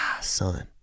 son